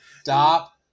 Stop